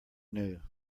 new